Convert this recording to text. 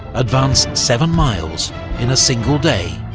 advance seven miles in a single day.